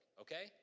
okay